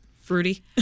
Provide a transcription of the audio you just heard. fruity